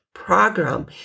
program